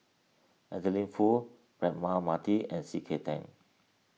Adeline Foo Braema Mathi and C K Tang